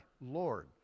Lord